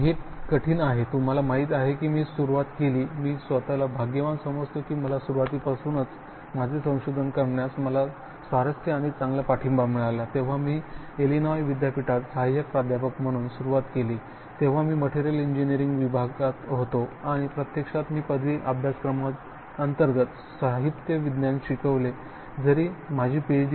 हे कठीण आहे तुम्हाला माहिती आहे की मी सुरुवात केली मी स्वताला भाग्यवान समजतो की माला सुरुवातीपासूनच माझे संशोधन करण्यास माला स्वारस्य आणि चांगला पाठिंबा मिळाला जेव्हा मी इलिनॉय विद्यापीठात सहाय्यक प्राध्यापक म्हणून सुरुवात केली तेव्हा मी मटेरियल इंजिनीअरिंग विभागात होतो आणि प्रत्यक्षात मी पदवी अभ्यासक्रमांतर्गत साहित्य विज्ञान शिकवले जरी माझी पीएच